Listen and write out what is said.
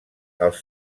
els